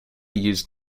used